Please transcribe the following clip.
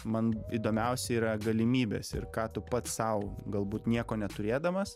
man įdomiausia yra galimybės ir ką tu pats sau galbūt nieko neturėdamas